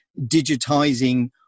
digitizing